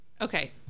Okay